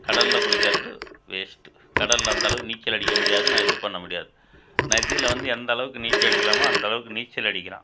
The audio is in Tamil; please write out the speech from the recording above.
கடலில் குளிக்கிறது வேஸ்ட்டு கடலில் அந்தளவுக்கு நீச்சல் அடிக்க முடியாது நான் இது பண்ண முடியாது நதியில் வந்து எந்தளவுக்கு நீச்சல் அடிக்கலாமோ அந்தளவுக்கு நீச்சல் அடிக்கலாம்